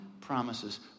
promises